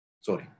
Sorry